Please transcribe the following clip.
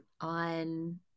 on